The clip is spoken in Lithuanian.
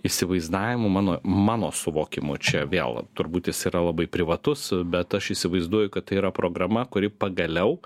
įsivaizdavimu mano mano suvokimu čia vėl turbūt jis yra labai privatus bet aš įsivaizduoju kad tai yra programa kuri pagaliau